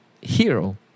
hero